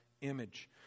image